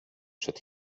przed